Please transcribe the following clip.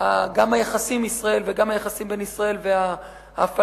וגם עם היחסים בין ישראל והפלסטינים.